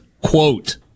quote